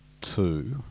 Two